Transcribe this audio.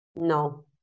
no